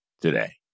today